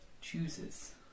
chooses